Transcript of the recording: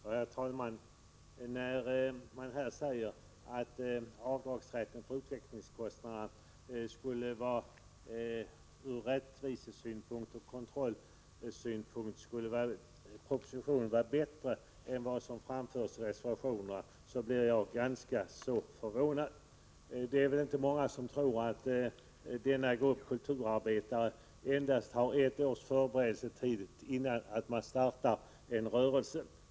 Herr talman! När man säger att propositionen när det gäller rätten till avdrag för utvecklingskostnaderna ur rättviseoch kontrollsynpunkt skulle vara bättre än vad som föreslås i reservationerna blir jag ganska förvånad. Det är väl inte många som tror att denna grupp kulturarbetare endast har ett års förberedelsetid innan man startar en rörelse.